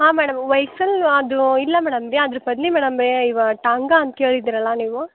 ಹಾಂ madam vehicle ಅದು ಇಲ್ಲ ಮೇಡಮ್ ಅದ್ರ ಬದ್ಲು ಮೇಡಮ್ ಏ ಇವು ಟಾಂಗಾ ಅಂತ ಕೇಳಿದೀರಲ್ಲ ನೀವು